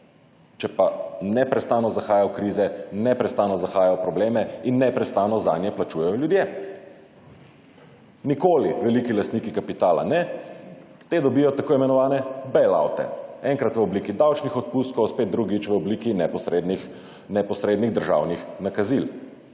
če pa neprestano zahaja v krize, neprestano zahaja v probleme in neprestano zanje plačujejo ljudje. Nikoli veliki lastniki kapitala ne. Ti dobijo tako imenovane »bail out-». Enkrat v obliki davčnih odpustkov, spet drugih v obliki neposrednih državnih nakazil.